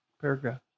paragraph